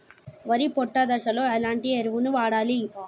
వరి పొట్ట దశలో ఎలాంటి ఎరువును వాడాలి?